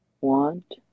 want